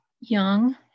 young